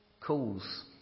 calls